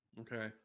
Okay